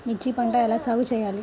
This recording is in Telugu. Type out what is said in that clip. మిర్చి పంట ఎలా సాగు చేయాలి?